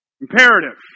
Imperative